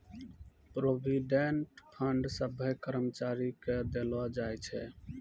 provident fund सभ्भे कर्मचारी के देलो जाय छै